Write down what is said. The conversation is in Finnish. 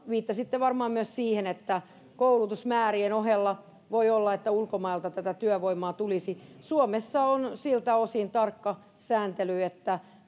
viittasitte varmaan myös siihen että koulutusmäärien ohella voi olla että ulkomailta tätä työvoimaa tulisi suomessa on siltä osin tarkka sääntely että